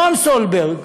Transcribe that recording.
נועם סולברג